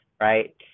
Right